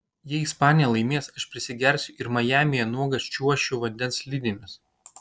jei ispanija laimės aš prisigersiu ir majamyje nuogas čiuošiu vandens slidėmis